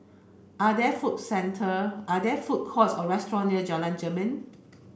are there food centre are there food courts or restaurant near Jalan Jermin